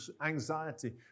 anxiety